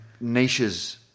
Niches